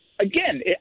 Again